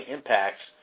Impacts